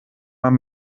man